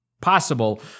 possible